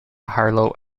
harlow